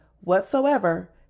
whatsoever